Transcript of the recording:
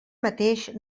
mateix